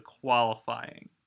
qualifying